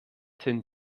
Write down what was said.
tin